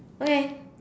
okay